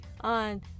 on